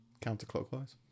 counterclockwise